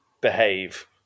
Behave